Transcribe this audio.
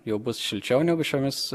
jau bus šilčiau negu šiomis